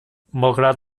malgrat